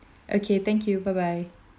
okay thank you bye bye